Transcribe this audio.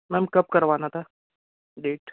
ma'am कब करवाना था डेट